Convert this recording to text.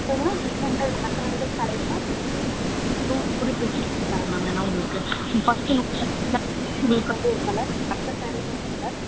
வேணுனால் ஹண்ட் hundred hundred hundred ஸேரீஸாக தனி தனியாக நூறு நூறு பிரித்து பிரித்து தரேன் மேம் வேணால் உங்களுக்கு ஃபர்ஸ்ட் நூறு ஸேரீனால் அதுக்காக ஒரு கலர் மற்ற ஸேரீன்னால் ஒரு கலர்